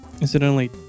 Incidentally